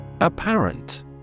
Apparent